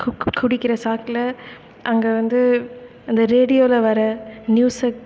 கு குடிக்கிற சாக்கில் அங்கே வந்து அந்த ரேடியோவில் வர நியூஸை